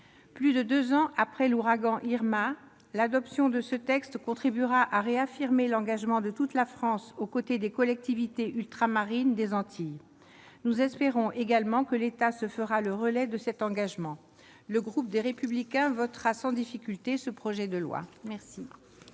Plus de deux ans après l'ouragan Irma, l'adoption de ce texte contribuera à réaffirmer l'engagement de toute la France aux côtés des collectivités ultramarines des Antilles. Et nous espérons que l'État se fera le relais d'un tel engagement. Le groupe Les Républicains votera sans difficulté ce projet de loi.